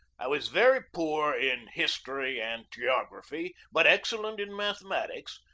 i was very poor in history and geography, but excellent in mathematics,